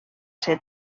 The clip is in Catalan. ser